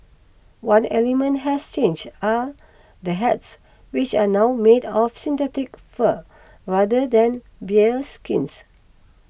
one element has changed are the hats which are now made of synthetic fur rather than bearskins